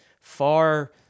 far